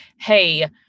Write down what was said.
hey